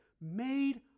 made